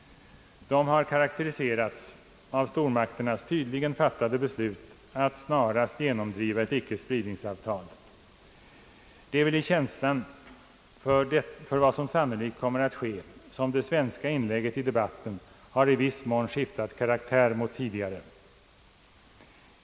De har karakteriserats av stormakternas tydligen fattade beslut att snarast genomdriva ett icke-spridningsavtal. Det är väl i känslan för vad som sannolikt kommer att ske, som det svenska inlägget i debatten i viss mån har skiftat karaktär mot tidigare.